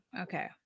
Okay